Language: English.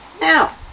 now